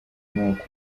moko